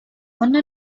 one